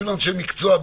אפילו אנשי המקצוע,